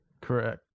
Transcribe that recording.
Correct